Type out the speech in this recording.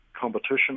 competition